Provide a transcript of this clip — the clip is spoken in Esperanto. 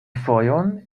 fojon